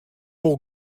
wol